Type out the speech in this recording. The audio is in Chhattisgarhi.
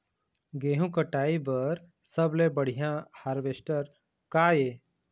गेहूं कटाई बर सबले बढ़िया हारवेस्टर का ये?